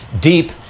deep